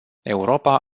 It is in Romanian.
europa